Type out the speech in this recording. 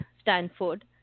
Stanford